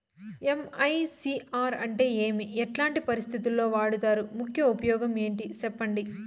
MICR అంటే ఏమి? ఎట్లాంటి పరిస్థితుల్లో వాడుతారు? ముఖ్య ఉపయోగం ఏంటి సెప్పండి?